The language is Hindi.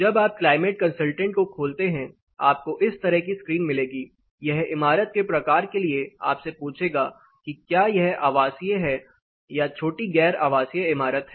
जब आप क्लाइमेट कंसलटेंट को खोलते है आपको इस तरह की स्क्रीन मिलेगी यह इमारत के प्रकार के लिए आपसे पूछेगा कि क्या यह आवासीय है या छोटी गैर आवासीय इमारत है